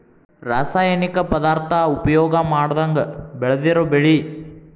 ರಾಸಾಯನಿಕ ಪದಾರ್ಥಾ ಉಪಯೋಗಾ ಮಾಡದಂಗ ಬೆಳದಿರು ಬೆಳಿ